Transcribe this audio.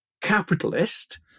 Capitalist